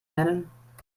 nennen